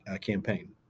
campaign